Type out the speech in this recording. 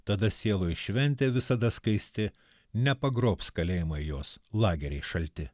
tada sieloj šventė visada skaisti nepagrobs kalėjimai jos lageriai šalti